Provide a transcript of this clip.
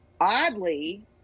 oddly